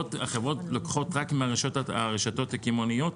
החברות לוקחות רק מהרשתות הקמעונאיות?